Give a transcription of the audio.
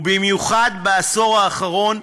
ובמיוחד בעשור האחרון,